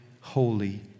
holy